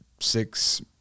six